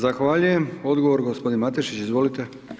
Zahvaljujem, odgovor gospodin Matešić, izvolite.